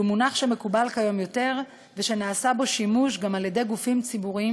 שהוא מונח שמקובל כיום יותר ושנעשה בו שימוש בגופים ציבוריים